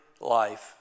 life